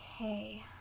Okay